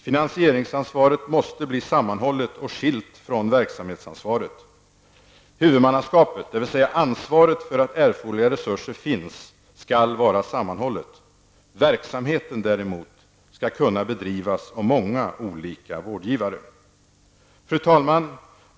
Finansieringsansvaret måste bli sammanhållet och skilt från verksamhetsansvaret. Huvudmannaskapet, dvs. ansvaret för att erforderliga resurser finns, skall var sammanhållet. Verksamheten, däremot, skall kunna bedrivas av många olika vårdgivare. Fru talman!